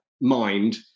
mind